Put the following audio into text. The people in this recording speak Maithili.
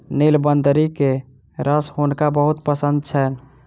नीलबदरी के रस हुनका बहुत पसंद छैन